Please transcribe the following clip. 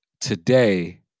today